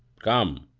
come,